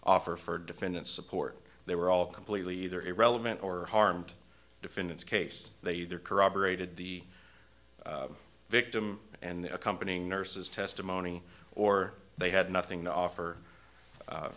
offer for defendant support they were all completely either irrelevant or harmed defendants case they either corroborated the victim and the accompanying nurse's testimony or they had nothing to offer